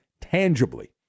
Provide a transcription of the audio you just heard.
tangibly